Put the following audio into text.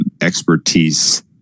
expertise